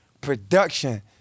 production